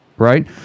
Right